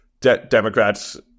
Democrats